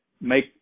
make